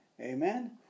Amen